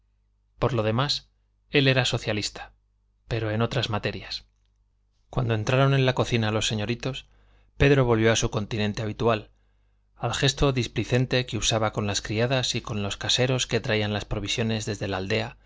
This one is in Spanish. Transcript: por lo demás él era socialista pero en otras materias cuando entraron en la cocina los señoritos pedro volvió a su continente habitual al gesto displicente que usaba con las criadas y con los caseros que traían las provisiones desde la aldea